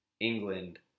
England